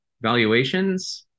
valuations